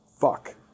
fuck